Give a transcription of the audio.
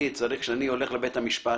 כשאני הולך לבית המשפט,